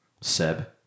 Seb